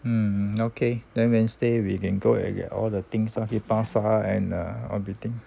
um okay then wednesday we can go and get all the things ah 巴刹 and uh all the things